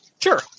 Sure